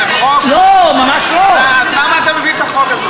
למה אתה מביא את החוק,